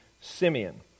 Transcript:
Simeon